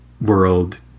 world